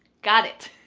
got it.